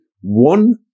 one